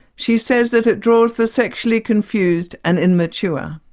she says that it draws the sexually confused and immature.